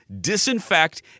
disinfect